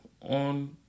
on